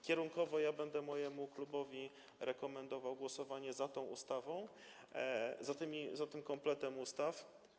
Kierunkowo ja będę mojemu klubowi rekomendował głosowanie za tą ustawą, za tym kompletem ustaw.